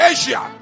Asia